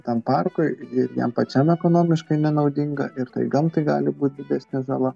tam parkui ir jam pačiam ekonomiškai nenaudinga ir gamtai gali būt didesnė žala